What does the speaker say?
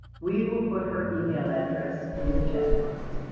we will put her email address in the chat box.